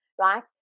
right